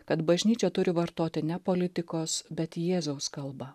kad bažnyčia turi vartoti ne politikos bet jėzaus kalbą